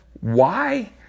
Why